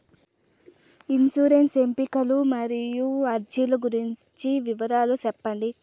insurance ఎంపికలు మరియు అర్జీల గురించి వివరాలు సెప్పండి